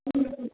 ହୁଁ